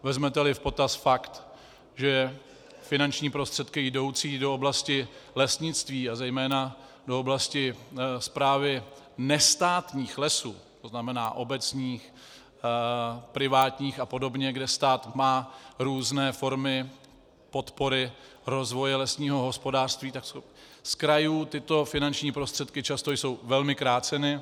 Vezmeteli v potaz fakt, že finanční prostředky jdoucí do oblasti lesnictví a zejména do oblasti správy nestátních lesů, to znamená obecních, privátních apod., kde stát má různé formy podpory rozvoje lesního hospodářství, tak z krajů tyto finanční prostředky často jsou velmi kráceny.